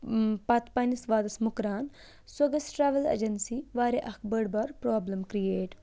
پَتہٕ پنٛنِس وادَس مُکران سۄ گژھِ ٹرٛاوٕل اٮ۪جَنسی واریاہ اَکھ بٔڑ بار پرٛابلَم کِرٛییٹ